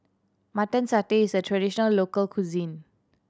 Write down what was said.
Mutton Satay is a traditional local cuisine